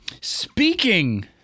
Speaking